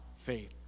faith